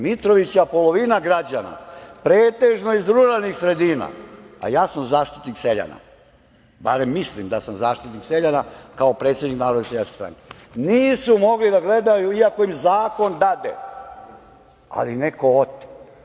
Mitrovića polovina građana, pretežno iz ruralnih sredina, a ja sam zaštitnik seljana, barem mislim da sam zaštitnik seljana kao predsednik Narodne seljačke stranke, nisu mogli da gledaju iako im zakon dade, ali neko ote.